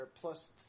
plus